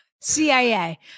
CIA